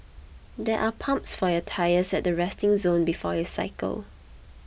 there are pumps for your tyres at the resting zone before you cycle